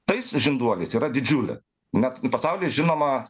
tais žinduoliais yra didžiulė bet pasaulyje žinoma